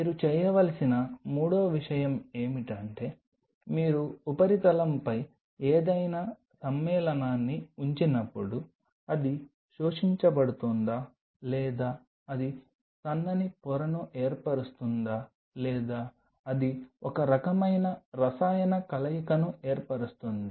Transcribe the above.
మీరు చేయవలసిన మూడవ విషయం ఏమిటంటే మీరు ఉపరితలంపై ఏదైనా సమ్మేళనాన్ని ఉంచినప్పుడు అది శోషించబడుతుందా లేదా అది సన్నని పొరను ఏర్పరుస్తుందా లేదా అది ఒక రకమైన రసాయన కలయికను ఏర్పరుస్తుంది